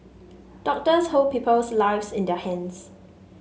doctors hold people's lives in their hands